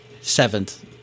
seventh